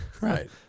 Right